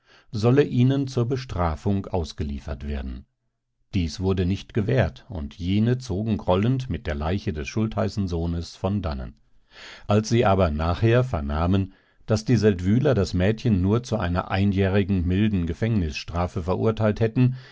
solle ihnen zur bestrafung ausgeliefert werden dies wurde nicht gewährt und jene zogen grollend mit der leiche des schultheißensohnes von dannen als sie aber nachher vernahmen daß die seldwyler das mädchen nur zu einer einjährigen milden gefängnisstrafe verurteilt hätten